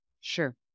sure